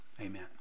Amen